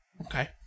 Okay